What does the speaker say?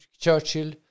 Churchill